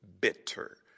bitter